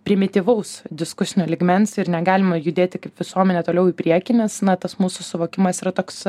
primityvaus diskusinio lygmens ir negalima judėti kaip visuomenė toliau į priekį nes na tas mūsų suvokimas yra toks